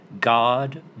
God